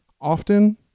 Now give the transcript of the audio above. often